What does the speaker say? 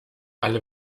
alle